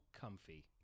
comfy